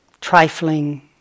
trifling